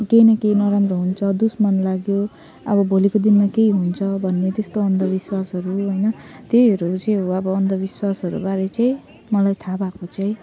केही न केही नराम्रो हुन्छ दुस्मन लाग्यो अब भोलिको दिनमा केही हुन्छ भन्ने त्यस्तो अन्धविश्वासहरू होइन त्यहीहरू चाहिँ हो अब अन्धविश्वासहरूबारे चाहिँ मलाई थाहा भएको चाहिँ